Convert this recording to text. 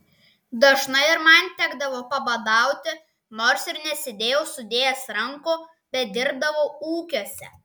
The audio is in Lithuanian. dažnai ir man tekdavo pabadauti nors ir nesėdėjau sudėjęs rankų bet dirbdavau ūkiuose